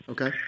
Okay